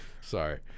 Sorry